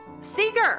Seeger